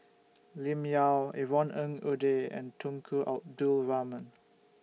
Lim Yau Yvonne Ng Uhde and Tunku Abdul Rahman